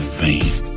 fame